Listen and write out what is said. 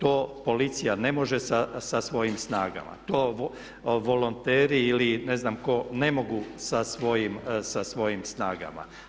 To policija ne može sa svojim snagama, to volonteri ili ne znam tko ne mogu sa svojim snagama.